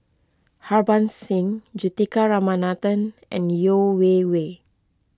Harbans Singh Juthika Ramanathan and Yeo Wei Wei